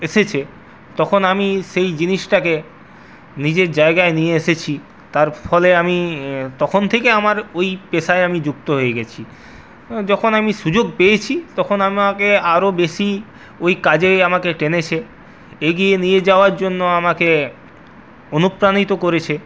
এসেছে তখন আমি সেই জিনিসটাকে নিজের জায়গায় নিয়ে এসেছি তার ফলে আমি তখন থেকে আমার ওই পেশায় আমি যুক্ত হয়ে গেছি যখন আমি সুযোগ পেয়েছি তখন আমাকে আরও বেশি ওই কাজেই আমাকে টেনেছে এগিয়ে নিয়ে যাওয়ার জন্য আমাকে অনুপ্রাণিত করেছে